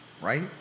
right